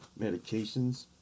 medications